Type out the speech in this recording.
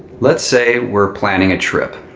let's say we're planning a trip.